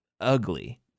ugly